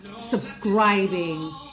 subscribing